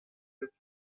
copies